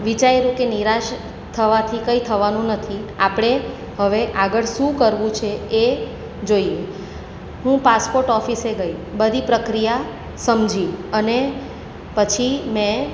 વિચાર્યું કે નિરાશ થવાથી કંઇ થવાનું નથી આપણે હવે આગળ શું કરવું છે એ જોઈએ હું પાસપોટ ઓફિસે ગઈ બધી પ્રક્રિયા સમજી અને પછી મેં